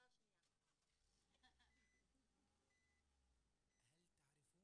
בשנה האחרונה התקיימו